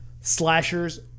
slashers